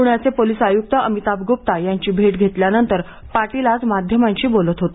पूण्याचे पोलिस आयुक्त अमिताभ गुप्ता यांची भेट घेतल्यानंतर पाटील आज माध्यमांशी बोलत होते